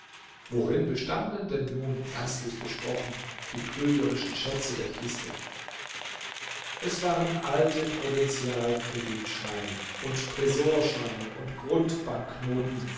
worin bestanden denn nun ernstlich gesprochen die trügerischen schätze der kiste es waren alte provinzial kreditscheine und tresorscheine und